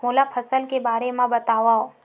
मोला फसल के बारे म बतावव?